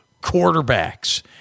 quarterbacks